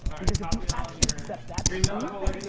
because if you actually accept that truth,